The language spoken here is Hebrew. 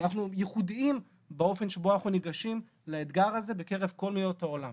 אנחנו ייחודיים באופן שבו אנחנו ניגשים לאתגר הזה בקרב כל מדינות העולם.